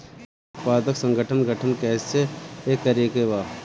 किसान उत्पादक संगठन गठन कैसे करके बा?